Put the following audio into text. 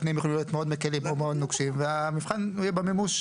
התנאים יוכלו להיות מאוד מקלים או מאוד נוקשים והמבחן הוא יהיה במימוש.